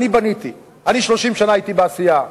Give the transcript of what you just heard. אני בניתי, 30 שנה הייתי בתעשייה,